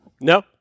No